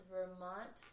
Vermont